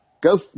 go